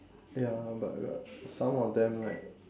ya but got some of them right